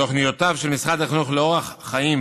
תוכניותיו של משרד לחינוך לאורח חיים